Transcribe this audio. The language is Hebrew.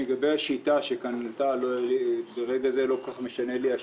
לגבי השיטה שעלתה כאן וכרגע השיטה לא משנה לי,